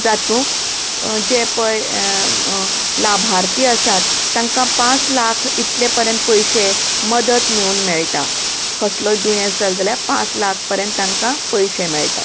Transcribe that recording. जातूंत जें पय लाभार्ती आसात तांकां पांच लाख इतलें परेन पयशें मदत मेळून मेळटा कसलोत दुयेंस जायत जाल्यार पांच लाख परेन तांकां पयशें मेळटा